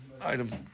Item